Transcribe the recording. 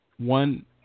One